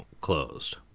closed